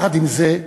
יחד עם זה,